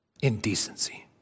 Indecency